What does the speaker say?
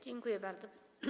Dziękuję bardzo.